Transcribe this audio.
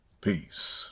Peace